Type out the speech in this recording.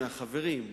החברים,